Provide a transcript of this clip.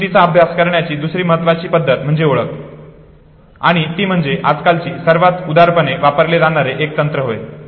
स्मृतीचा अभ्यास करण्याची दुसरी महत्वाची पद्धत म्हणजे ओळख आणि ती म्हणजे आजकालची सर्वात उदारपणे वापरले जाणारे एक तंत्र होय